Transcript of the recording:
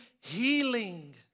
healing